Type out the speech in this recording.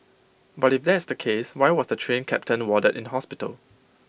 but if that's the case why was the Train Captain warded in hospital